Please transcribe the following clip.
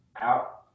out